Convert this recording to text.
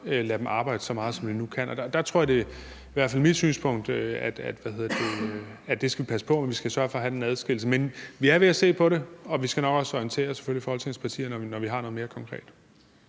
lade dem arbejde så meget, som de nu kan? Det tror jeg i hvert fald at vi skal passe på med. Vi skal sørge for at have den adskillelse. Men vi er ved at se på det, og vi skal selvfølgelig nok også orientere folketingspartierne, når vi har noget mere konkret.